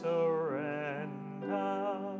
surrender